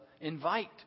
invite